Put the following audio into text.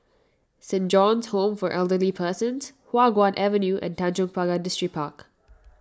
Saint John's Home for Elderly Persons Hua Guan Avenue and Tanjong Pagar Distripark